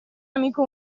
amico